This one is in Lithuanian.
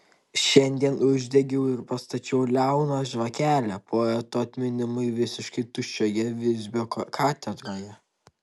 šiandien uždegiau ir pastačiau liauną žvakelę poeto atminimui visiškai tuščioje visbio katedroje